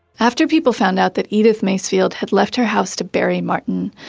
after people found out that edith macefield had left her house to barry martin,